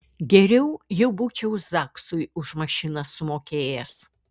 geriau jau būčiau zaksui už mašiną sumokėjęs